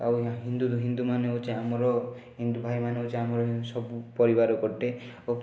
ଆଉ ହିନ୍ଦୁ ହିନ୍ଦୁମାନେ ହେଉଛି ଆମର ହିନ୍ଦୁ ଭାଇମାନେ ହେଉଛି ଆମର ଯେମିତି ସବୁ ପରିବାର ଗୋଟେ ଓ